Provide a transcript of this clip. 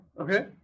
Okay